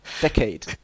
decade